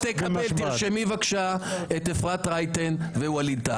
תרשמי, בבקשה, את אפרת רייטן ווליד טאהא.